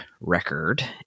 record